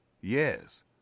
Yes